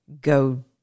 go